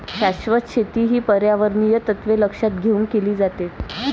शाश्वत शेती ही पर्यावरणीय तत्त्वे लक्षात घेऊन केली जाते